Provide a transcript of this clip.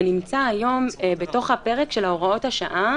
זה נמצא היום בתוך הפרק של הוראות השעה